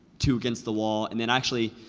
two against the wall, and then actually,